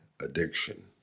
addiction